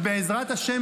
ובעזרת ה',